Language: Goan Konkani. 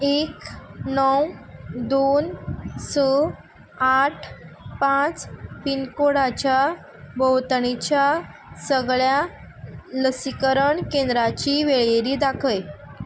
एक णव दोन स आठ पांच पिनकोडाच्या भोंवतणच्या सगळ्या लसीकरण केंद्रांची वळेरी दाखय